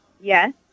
Yes